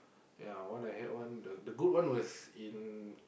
ya one I had one the the good one was in